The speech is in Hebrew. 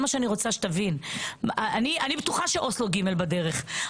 אני בטוחה שאוסלו ג' בדרך,